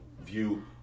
view